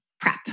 prep